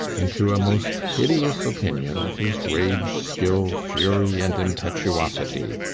into a most hideous opinion of his rage, skill, fury, and impetuosity.